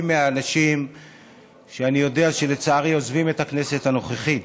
מהאנשים שאני יודע שלצערי עוזבים את הכנסת הנוכחית.